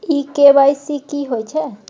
इ के.वाई.सी की होय छै?